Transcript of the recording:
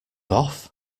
off